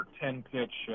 ten-pitch